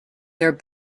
their